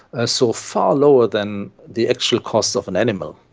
ah so far lower than the actual costs of an animal.